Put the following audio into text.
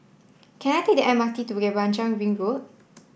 can I take the M R T to Bukit Panjang Ring Road